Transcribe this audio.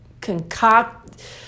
concoct